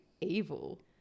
evil